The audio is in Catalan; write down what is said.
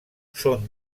són